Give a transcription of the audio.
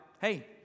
hey